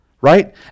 right